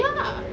ya